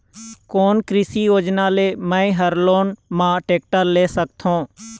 कोन कृषि योजना ले मैं हा लोन मा टेक्टर ले सकथों?